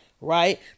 right